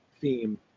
theme